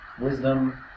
wisdom